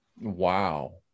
Wow